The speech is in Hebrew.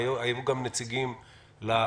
היו גם נציגים לפרקליטות.